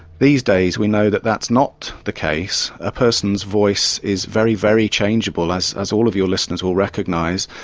these days we know that that's not the case. a person's voice is very, very changeable. as as all of your listeners will recognise,